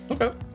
Okay